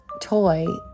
toy